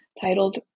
titled